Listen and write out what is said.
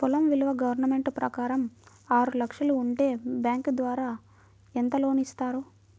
పొలం విలువ గవర్నమెంట్ ప్రకారం ఆరు లక్షలు ఉంటే బ్యాంకు ద్వారా ఎంత లోన్ ఇస్తారు?